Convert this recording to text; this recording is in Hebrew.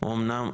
הוא אמנם,